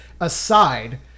aside